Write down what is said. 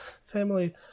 family